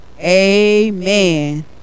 amen